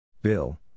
Bill